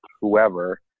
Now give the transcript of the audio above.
whoever